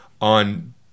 on